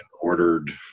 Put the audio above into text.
ordered